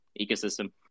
ecosystem